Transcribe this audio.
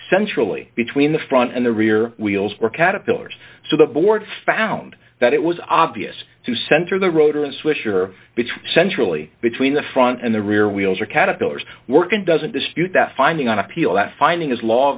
centrally between the front and the rear wheels were caterpillars so the board found that it was obvious to center the rotor and swisher centrally between the front and the rear wheels or caterpillars working doesn't dispute that finding on appeal that finding is l